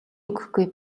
өгөхгүй